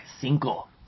Cinco